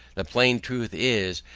the plain truth is,